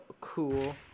cool